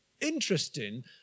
Interesting